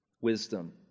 Wisdom